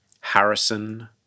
Harrison